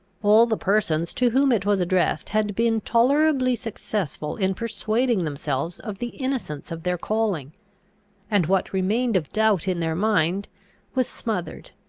all the persons to whom it was addressed had been tolerably successful in persuading themselves of the innocence of their calling and what remained of doubt in their mind was smothered,